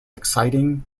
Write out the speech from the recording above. exciting